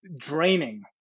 draining